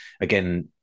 again